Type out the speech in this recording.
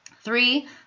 Three